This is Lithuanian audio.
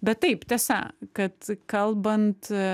bet taip tiesa kad kalbant